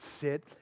sit